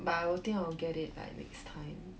but I'll think I will get it like next time